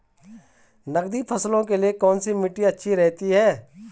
नकदी फसलों के लिए कौन सी मिट्टी अच्छी रहती है?